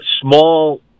small